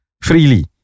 freely